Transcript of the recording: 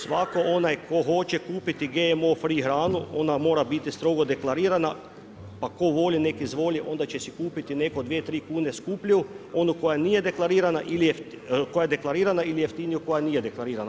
Svatko onaj tko hoće kupiti GMO free hranu, ona mora biti strogo deklarirana, pa tko voli nek' izvoli, onda će si kupiti dvije, tri kune skuplju, onu koja nije deklarirana, koja je deklarirana ili jeftiniju koja nije deklarirana.